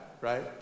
right